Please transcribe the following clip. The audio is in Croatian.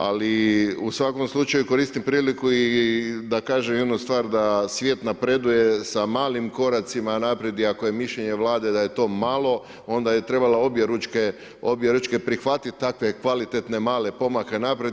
Ali, u svakom slučaju koristim priliku i da kažem jednu stvar da svijet napreduje sa malim koracima unaprijed i ako je mišljenje vlade da je to malo, onda je trebala obje ručke prihvatiti takve kvalitetne male pomake naprijed.